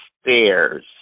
stairs